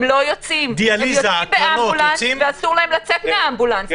הם יוצאים באמבולנס ואסור להם לצאת מהאמבולנס.